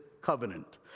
covenant